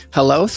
Hello